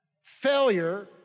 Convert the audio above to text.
Failure